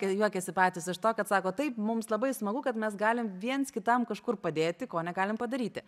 juokiasi patys iš to kad sako taip mums labai smagu kad mes galim viens kitam kažkur padėti ko negalim padaryti